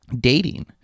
dating